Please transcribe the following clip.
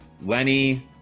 Lenny